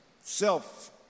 self